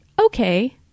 okay